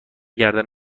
گردم